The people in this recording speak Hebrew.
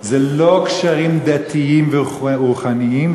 זה לא קשרים דתיים ורוחניים,